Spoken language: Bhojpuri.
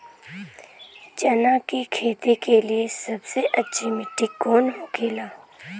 चना की खेती के लिए सबसे अच्छी मिट्टी कौन होखे ला?